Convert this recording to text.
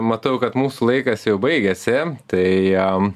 matau kad mūsų laikas jau baigiasi tai